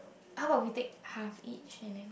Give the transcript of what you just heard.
how about we take half each and then